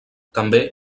també